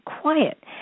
quiet